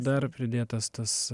dar pridėtas tas